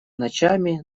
ночами